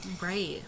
Right